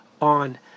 on